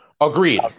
Agreed